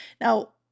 Now